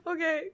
Okay